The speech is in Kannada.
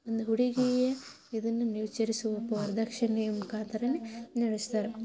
ಒಂದು ಹುಡುಗಿ ಇದನ್ನು ವರದಕ್ಷಿಣೆ ಮುಖಾಂತರವೇ ನಡೆಸ್ತಾರೆ